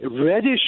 reddish